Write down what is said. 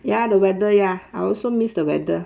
ya the weather ya I also miss the weather